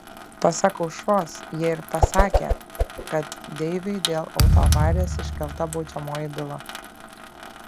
pasak aušros jie ir pasakę kad deiviui dėl autoavarijos iškelta baudžiamoji byla